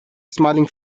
smiling